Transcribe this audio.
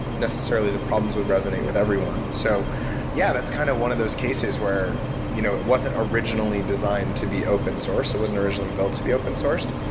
necessarily, the problems would resonate with everyone. so yeah that's kind of one of those cases where you know it wasn't originally designed to be open-source. it wasn't originally built to be open-sourced,